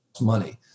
money